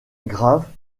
grave